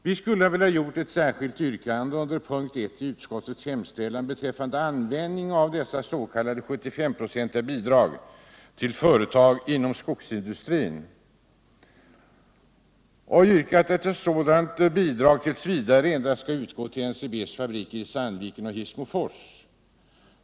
Vi skulle under punkten 1 i utskottets hemställan beträffande användningen av dessa s.k. 75-procentiga bidrag till företag inom skogsindustrin ha velat avge ett särskilt yrkande om att sådant bidrag t. v. endast skall utgå till NCB:s fabriker i Sandviken och Hissmofors.